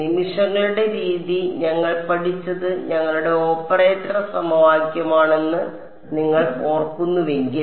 നിമിഷങ്ങളുടെ രീതി ഞങ്ങൾ പഠിച്ചത് ഞങ്ങളുടെ ഓപ്പറേറ്റർ സമവാക്യമാണെന്ന് നിങ്ങൾ ഓർക്കുന്നുവെങ്കിൽ